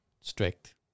strict